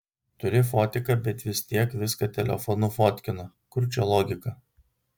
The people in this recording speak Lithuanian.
turi fotiką bet vis tiek viską telefonu fotkino kur čia logika